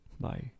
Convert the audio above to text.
Bye